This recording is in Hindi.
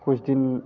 कुछ दिन